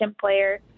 player